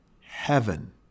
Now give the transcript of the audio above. heaven